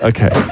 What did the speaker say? Okay